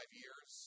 years